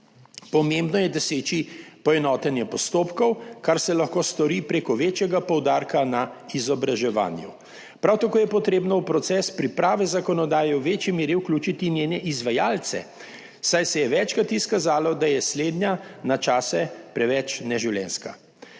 Pomembno je doseči poenotenje postopkov, kar se lahko stori preko večjega poudarka na izobraževanju. Prav tako je potrebno v proces priprave zakonodaje v večji meri vključiti njene izvajalce, saj se je večkrat izkazalo, da je slednja na čase preveč neživljenjska.